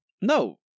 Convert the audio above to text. No